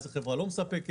איזו חברה לא מספקת,